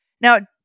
Now